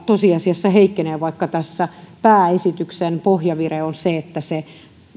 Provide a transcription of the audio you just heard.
tosiasiassa heikkenee vaikka tässä pääesityksen pohjavire on se että sen